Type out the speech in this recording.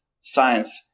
science